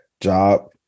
job